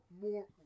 More